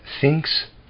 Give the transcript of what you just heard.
thinks